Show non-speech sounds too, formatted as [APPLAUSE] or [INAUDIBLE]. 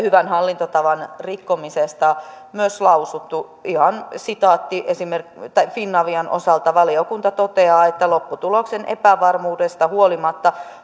[UNINTELLIGIBLE] hyvän hallintotavan rikkomisesta myös lausuttu ihan sitaatti finavian osalta valiokunta toteaa että lopputuloksen epävarmuudesta huolimatta [UNINTELLIGIBLE]